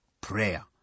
prayer